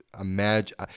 imagine